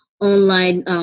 online